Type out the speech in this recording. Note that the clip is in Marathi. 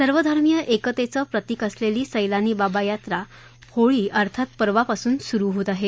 सर्वधर्मिय एकतेचे प्रतिक असलेली सैलानी बाबा यात्रा होळी अर्थात परवापासून सुरु होत आहे